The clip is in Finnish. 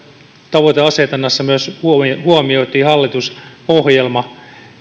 tavoiteasetannassa huomioitiin myös hallitusohjelma